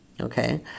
Okay